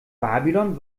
babylon